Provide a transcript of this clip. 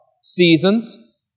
Seasons